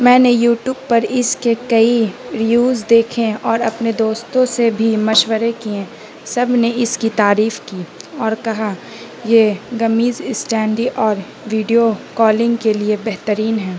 میں نے یوٹیوب پر اس کے کئی ریویوز دیکھیں اور اپنے دوستوں سے بھی مشورے کیے سب نے اس کی تعریف کی اور کہا یہ گمیض اسٹینڈی اور ویڈیو کالنگ کے لیے بہترین ہیں